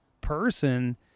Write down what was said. person